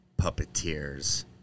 Puppeteers